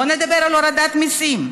בואו נדבר על הורדת מיסים: